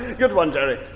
good one, jerry!